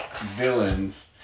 villains